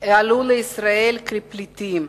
עלו לישראל כפליטים.